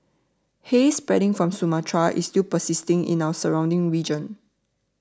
haze spreading from Sumatra is still persisting in our surrounding region